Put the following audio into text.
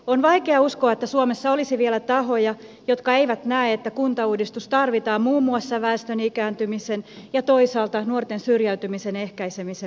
on vaikea uskoa että suomessa olisi vielä tahoja jotka eivät näe että kuntauudistus tarvitaan muun muassa väestön ikääntymisen ja toisaalta nuorten syrjäytymisen ehkäisemisen vuoksi